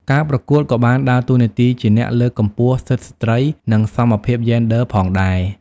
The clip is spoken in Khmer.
ការប្រកួតក៏បានដើរតួនាទីជាអ្នកលើកកម្ពស់សិទ្ធិស្រ្តីនិងសមភាពយេនឌ័រផងដែរ។